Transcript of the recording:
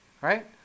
Right